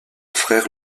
frère